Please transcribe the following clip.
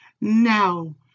Now